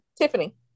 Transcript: Tiffany